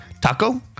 Taco